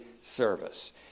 service